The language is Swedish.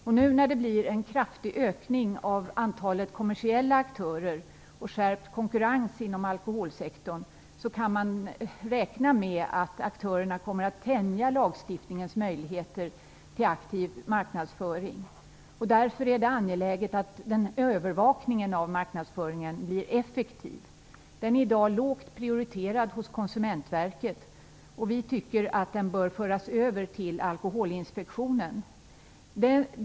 När det nu blir en kraftig ökning av antalet kommersiella aktörer och skärpt konkurrens inom alkoholsektorn kan man räkna med att aktörerna kommer att tänja lagstiftningens möjligheter till aktiv marknadsföring. Det är därför angeläget att övervakningen av marknadsföringen blir effektiv. Den är i dag lågt prioriterad hos Konsumentverket. Vi anser att den bör föras över till Alkoholinspektionen.